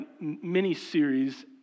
mini-series